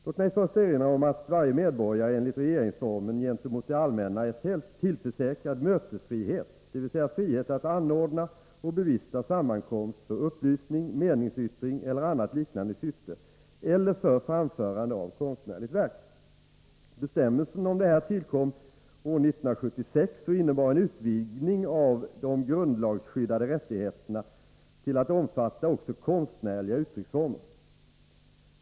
Låt mig först erinra om att varje medborgare enligt regeringsformen gentemot det allmänna är tillförsäkrad mötesfrihet, dvs. frihet att anordna och bevista sammankomst för upplysning, meningsyttring eller annat liknande syfte eller för framförande av konstnärligt verk. Bestämmelsen om detta tillkom år 1976 och innebar en utvidgning av de grundlagsskyddade rättigheterna till att omfatta också konstnärliga uttrycksformer.